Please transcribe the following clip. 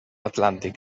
atlàntic